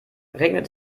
regnet